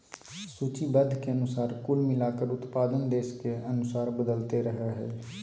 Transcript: सूचीबद्ध के अनुसार कुल मिलाकर उत्पादन देश के अनुसार बदलते रहइ हइ